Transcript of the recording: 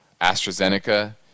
AstraZeneca